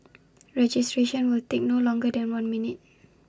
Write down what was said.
registration will take no longer than one minute